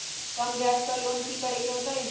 कम ब्याज पर लोन की करे के होतई?